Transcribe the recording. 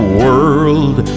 world